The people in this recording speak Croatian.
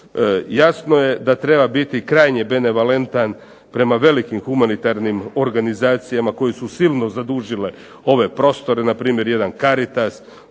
Jasno je da treba biti krajnje benevolentan prema velikim humanitarnim organizacijama koje su silni zadužile ove prostore, npr. jedan Caritas.